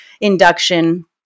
induction